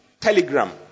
Telegram